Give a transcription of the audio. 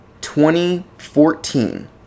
2014